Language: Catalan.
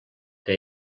que